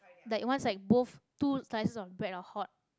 like once like both two slices of bread are hot